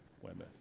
women